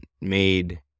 made